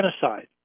genocide